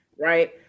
right